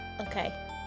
Okay